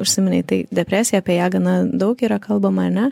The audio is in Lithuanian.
užsiminei tai depresija apie ją gana daug yra kalbama ane